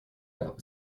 gab